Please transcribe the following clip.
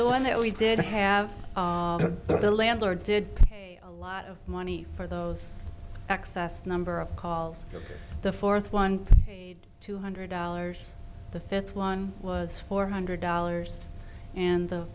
that we did have the landlord did a lot of money for those excess number of calls the fourth one two hundred dollars the fifth one was four hundred dollars and the